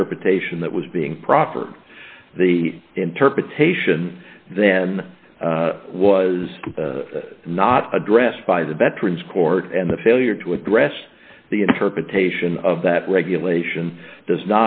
interpretation that was being proffered the interpretation then was not addressed by the veterans court and the failure to address the interpretation of that regulation does